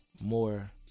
more